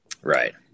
Right